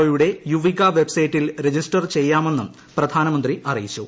ഒ് യുടെ വെബ്സൈറ്റിൽ രജിസ്റ്റർ ചെയ്യാജ്ക്കും പ്രധാനമന്ത്രി അറിയിച്ചു